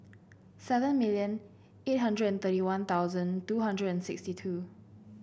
seven million eight hundred and thirty One Thousand two hundred and sixty two